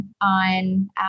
on